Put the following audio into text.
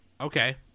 Okay